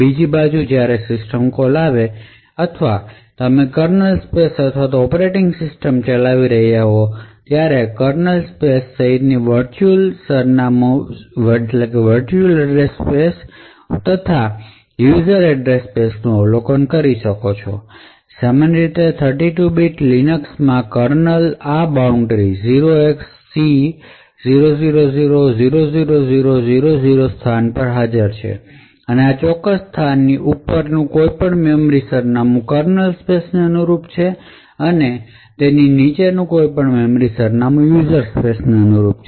બીજી બાજુ જ્યારે સિસ્ટમ કોલ આવે છે અથવા તમે કર્નલ સ્પેસ અથવા ઑપરેટિંગ સિસ્ટમમાં ચલાવી રહ્યા છો ત્યારે કર્નલ સ્પેસ સહિતની સંપૂર્ણ વર્ચુઅલ સરનામાં સ્પેસ વત્તા યુઝર ની સ્પેસ નું અવલોકન કરી શકો છો સામાન્ય રીતે 32 બીટ લિનક્સમાં કર્નલ આ બાઉન્ડ્રી 0xC0000000 સ્થાન પર હાજર છે આ ચોક્કસ સ્થાનની ઉપરનું કોઈપણ મેમરી સરનામું કર્નલ સ્પેસ ને અનુરૂપ છે અને આ સ્થાનની નીચેનો કોઈપણ મેમરી સરનામું યુઝર સ્પેસ નું છે